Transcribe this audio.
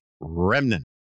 remnant